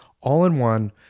all-in-one